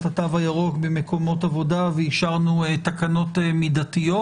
התו הירוק במקומות עבודה ואישרנו תקנות מידתיות.